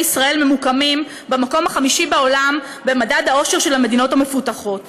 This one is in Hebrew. ישראל ממוקמים במקום החמישי בעולם במדד האושר של המדינות המפותחות